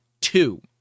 two